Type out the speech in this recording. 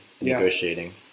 negotiating